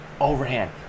overhand